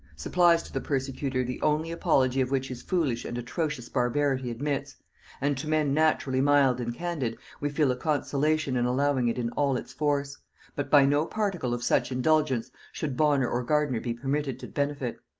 supplies to the persecutor the only apology of which his foolish and atrocious barbarity admits and to men naturally mild and candid, we feel a consolation in allowing it in all its force but by no particle of such indulgence should bonner or gardiner be permitted to benefit.